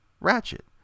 Ratchet